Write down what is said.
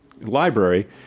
library